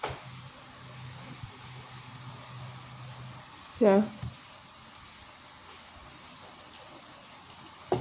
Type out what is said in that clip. ya